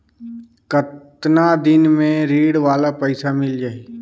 कतना दिन मे ऋण वाला पइसा मिल जाहि?